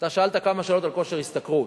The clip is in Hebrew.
אתה שאלת כמה שאלות על כושר השתכרות.